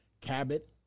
Cabot